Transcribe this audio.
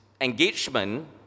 engagement